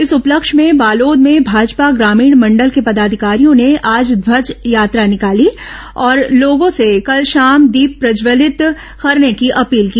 इस उपलक्ष्य में बालोद में भाजपा ग्रामीण मंडल के पदाधिकारियों ने आज ध्वज यात्रा निकाली और लोगों से कल शाम दीप प्रज्जवलित करने की अपील की